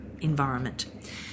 environment